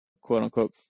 quote-unquote